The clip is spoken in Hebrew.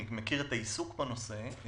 אני מכיר את העיסוק בנושא.